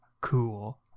cool